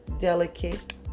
delicate